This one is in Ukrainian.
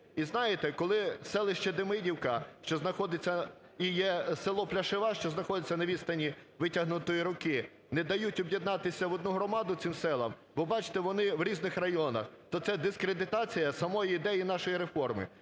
І знаєте, коли селище Демидівка, що знаходиться… і є село Пляшева, що знаходиться на відстані витягнутої руки, не дають об'єднатися в одну громаду цим селам, бо, бачите, вони в різних районах, то це дискредитація самої ідеї нашої реформи.